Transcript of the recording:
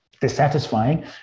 dissatisfying